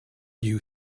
new